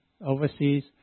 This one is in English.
overseas